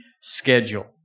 schedule